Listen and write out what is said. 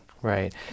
Right